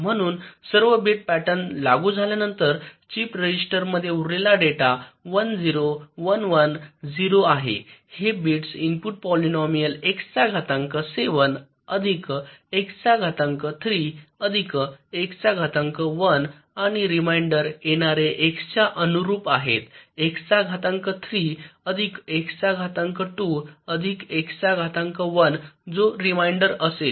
म्हणून सर्व bit pattern लागू झाल्यानंतर चिप रजिस्टरमध्ये उरलेला डेटा 1 0 1 1 0 आहे हे बिट्स इनपुट पॉलिनोमियाल X चा घातांक 7 अधिक X चा घातांक 3 अधिक X चा घातांक 1 आणि रिमाइंडर येणारे X च्या अनुरूप आहेत x चा घातांक 3 अधिक X चा घातांक 2 अधिक X चा घातांक 1 जो रिमाइंडर असेल